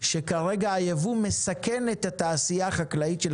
לפיו כרגע הייבוא מסכן את התעשייה החקלאית של